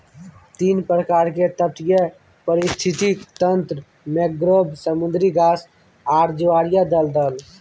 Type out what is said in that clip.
तीन प्रकार के तटीय पारिस्थितिक तंत्र मैंग्रोव, समुद्री घास आर ज्वारीय दलदल